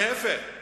להיפך,